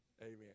amen